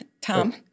Tom